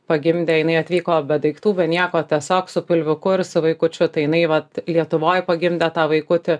pagimdė jinai atvyko be daiktų be nieko tiesiog su pilviuku ir su vaikučiu tai jinai vat lietuvoj pagimdė tą vaikutį